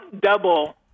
double